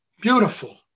Beautiful